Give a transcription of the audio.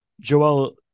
Joel